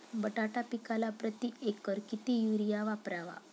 बटाटा पिकाला प्रती एकर किती युरिया वापरावा?